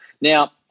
Now